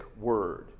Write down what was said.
word